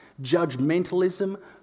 judgmentalism